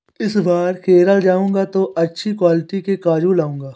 इस बार केरल जाऊंगा तो अच्छी क्वालिटी के काजू लाऊंगा